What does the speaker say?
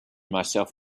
myself